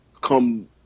come